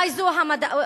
די, די מההסתה שלך.